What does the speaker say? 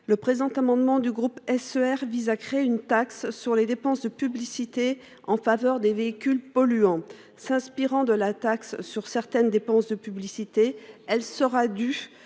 Cet amendement du groupe socialiste vise à créer une taxe sur les dépenses de publicité en faveur des véhicules polluants. Inspirée de la taxe sur certaines dépenses de publicité, cette nouvelle